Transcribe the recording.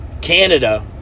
Canada